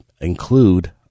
include